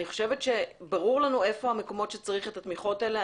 אני חושבת שברור לנו איפה המקומות שצריך את התמיכות האלה,